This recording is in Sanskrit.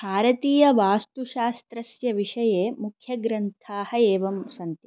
भारतीयवास्तुशास्त्रस्य विषये मुख्यग्रन्थाः एवं सन्ति